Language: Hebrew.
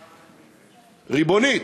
ריבונית,